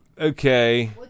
Okay